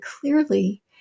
clearly